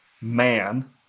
man